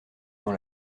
dans